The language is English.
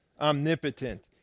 omnipotent